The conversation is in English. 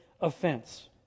offense